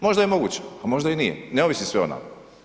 Možda je moguće, a možda i nije, ne ovisi sve o nama.